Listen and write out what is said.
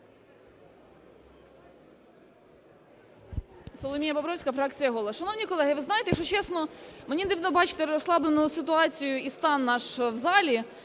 Соломія Бобровська, фракція "Голос". Шановні колеги, ви знаєте, якщо чесно, мені дивно бачити розслаблену ситуацію і стан наш в залі,